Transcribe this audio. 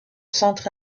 centre